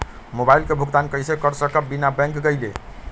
Mobile के भुगतान कईसे कर सकब बिना बैंक गईले?